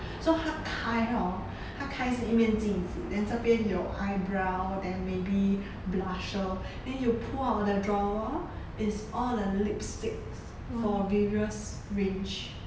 so 她开 hor 她开是一面镜子 then 这边有 eyebrow then maybe blusher then you pull out the drawer is all the lipsticks for various range